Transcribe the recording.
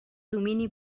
domini